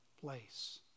place